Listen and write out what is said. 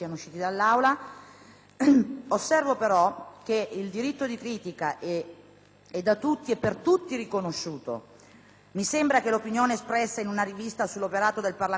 Mi sembra che l'opinione espressa in una rivista sull'operato del Parlamento sia, appunto, un'opinione politica cui si può politicamente replicare. Su tale questione,